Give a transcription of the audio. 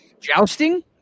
jousting